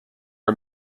are